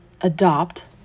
Adopt